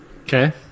Okay